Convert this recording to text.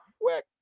quick